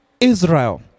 Israel